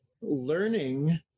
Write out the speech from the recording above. learning